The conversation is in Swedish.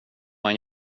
man